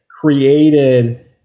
created